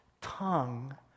tongue